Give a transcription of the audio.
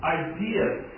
ideas